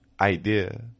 idea